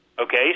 Okay